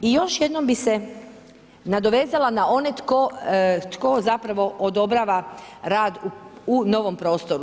I još jednom bih se nadovezala na one tko zapravo odobrava rad u novom prostoru.